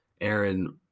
Aaron